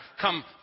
come